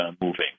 moving